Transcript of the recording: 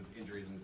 injuries